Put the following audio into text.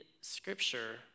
scripture